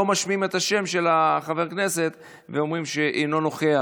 לא משמיעים את השם של חבר הכנסת ואומרים שאינו נוכח.